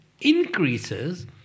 increases